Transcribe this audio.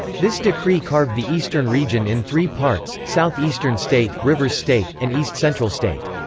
this decree carved the eastern region in three parts south eastern state, rivers state, and east central state.